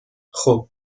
خوب